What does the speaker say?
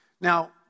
Now